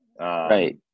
Right